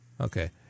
Okay